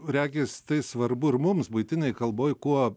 regis tai svarbu ir mums buitinėj kalboj kuo